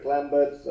Lambert